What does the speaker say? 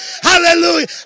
Hallelujah